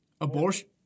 Abortion